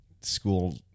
school